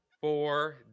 Four